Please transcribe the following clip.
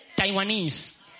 Taiwanese